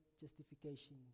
justification